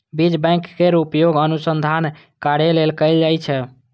बीज बैंक केर उपयोग अनुसंधान कार्य लेल कैल जाइ छै